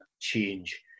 change